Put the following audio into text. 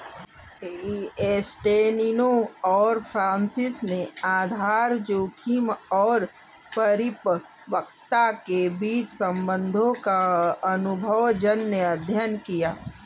एस्टेलिनो और फ्रांसिस ने आधार जोखिम और परिपक्वता के बीच संबंधों का अनुभवजन्य अध्ययन किया